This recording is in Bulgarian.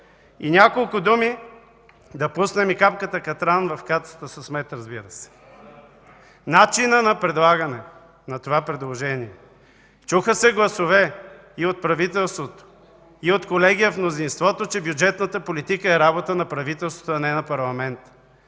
Няколко думи, да пуснем и капката катран в кацата с мед, разбира се – начина на предлагане на това предложение. Чуха се гласове и от правителството, и от колеги от мнозинството, че бюджетната политика е работа на правителството, а не на парламента.